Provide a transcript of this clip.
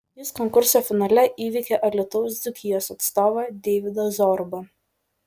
jis konkurso finale įveikė alytaus dzūkijos atstovą deividą zorubą